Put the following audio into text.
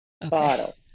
Bottle